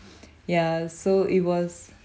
ya so it was